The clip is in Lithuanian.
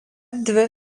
dvi